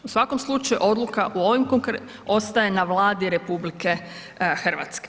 U svakom slučaju odluka u ovim konkretnim, ostaje na Vladi RH.